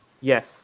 Yes